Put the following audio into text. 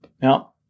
Now